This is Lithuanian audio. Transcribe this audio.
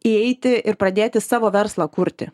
įeiti ir pradėti savo verslą kurti